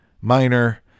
Minor